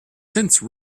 since